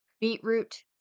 beetroot